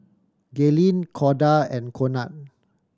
Gaylene Corda and Conard